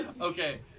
Okay